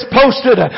posted